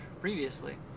previously